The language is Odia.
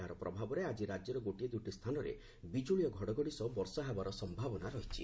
ଏହାର ପ୍ରଭାବରେ ଆଜି ରାଜ୍ୟର ଗୋଟିଏ ଦୁଇଟି ସ୍ତାନରେ ବିଜୁଳି ଓ ଘଡଘଡି ସହ ବର୍ଷାର ସନ୍ନାବନା ରହିଛି